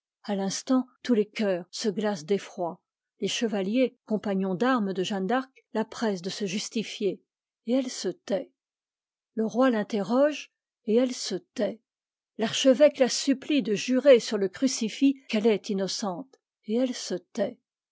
a l'instant tous les cceùrs se glacent d'effroi les chevaliers compagnons d'armes de jeanne d'arc la pressent de se justifier et elle se tait le roi l'interroge et elle se tait l'archevêque la supplie de jurer sur le crucifix qu'elle est innocente et elle se tait